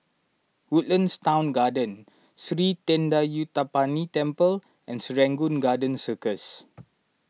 Woodlands Town Garden Sri thendayuthapani Temple and Serangoon Garden Circus